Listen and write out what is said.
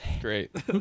Great